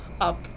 up